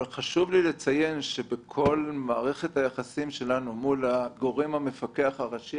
אבל חשוב לי לציין שכל מערכת היחסים שלנו מול הגורם המפקח הראשי,